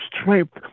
strength